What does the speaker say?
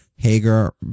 Hager